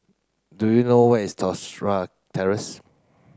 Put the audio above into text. do you know where is Tosca Terrace